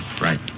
Right